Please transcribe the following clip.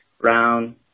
Brown